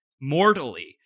mortally